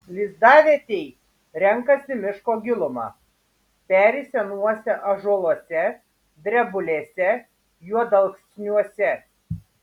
lizdavietei renkasi miško gilumą peri senuose ąžuoluose drebulėse juodalksniuose